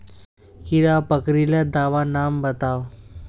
कीड़ा पकरिले दाबा नाम बाताउ?